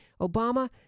Obama